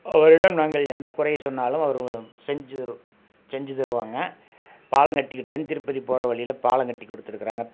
அவரிடம் நாங்கள் எந்த குறையை சொன்னாலும் அவர் செஞ்சு தரு செஞ்சு தருவாங்க பாலம்கட்டி தென்திருப்பதி போகிற வழியில் பாலம்கட்டி கொடுத்துருக்குறாங்க